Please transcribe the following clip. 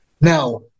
Now